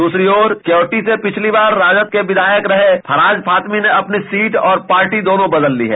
दूसरी ओर केवटी से पिछली बार राजद के विधायक रहे फराज फातमी ने अपनी सीट और पार्टी दोनों बदल ली है